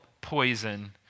poison